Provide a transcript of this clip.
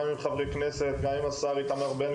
גם עם חברי כנסת,